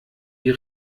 die